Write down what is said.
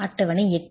அட்டவணை 8